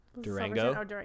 durango